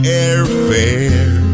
airfare